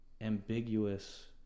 ambiguous